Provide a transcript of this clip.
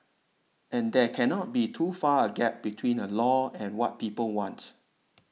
and there cannot be too far a gap between a law and what people want